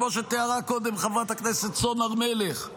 כמו שתיארה קודם חברת הכנסת סון הר מלך,